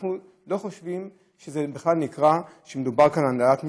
אנחנו לא חושבים שזה נקרא שמדובר כאן על העלאת מיסים.